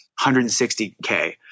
160K